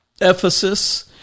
Ephesus